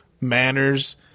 manners